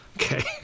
Okay